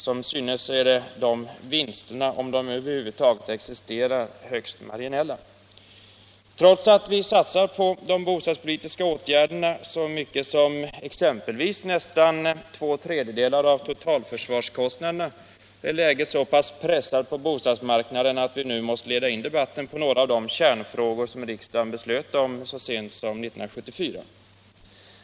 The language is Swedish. Som synes är de vinsterna — om några sådana över huvud taget existerar — högst marginella. Trots att vi satsar på bostadspolitiska åtgärder så mycket som exempelvis nästan två tredjedelar av totalförsvarskostnaderna är läget så pressat på bostadsmarknaden att vi nu måste leda in debatten på några av de kärnfrågor som riksdagen beslöt om så sent som 1974.